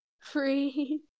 free